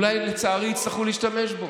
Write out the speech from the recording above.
אולי, לצערי, יצטרכו להשתמש בו.